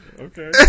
Okay